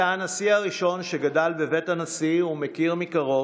אתה הנשיא הראשון שגדל בבית הנשיא ומכיר מקרוב,